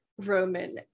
Roman